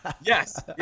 yes